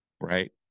right